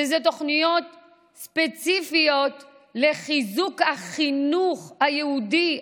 שהן תוכניות ספציפיות לחיזוק החינוך היהודי,